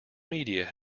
media